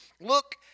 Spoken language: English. Look